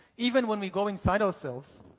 even when we go inside ourselves,